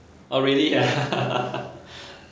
oh really ah